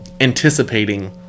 anticipating